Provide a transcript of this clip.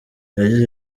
yagize